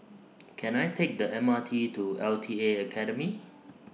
Can I Take The M R T to L T A Academy